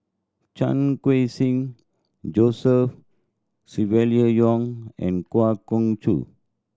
Chan Khun Sing Joseph Silvia Yong and Kwa Geok Choo